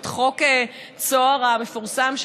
את חוק צהר המפורסם,